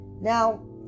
Now